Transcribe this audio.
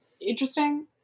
interesting